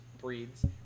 breeds